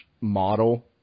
model